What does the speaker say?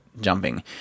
jumping